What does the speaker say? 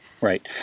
right